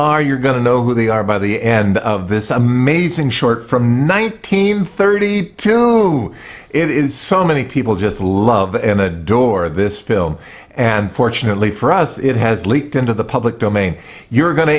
are you're going to know who they are by the end of this amazing short from nineteen thirty two now it is so many people just love and adore this film and fortunately for us it has leaked into the public domain you're go